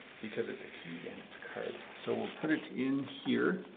because it's a key and it's a card. so we'll put it in here.